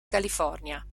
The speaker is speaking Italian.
california